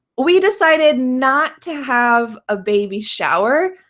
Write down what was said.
we decided not to have a baby shower,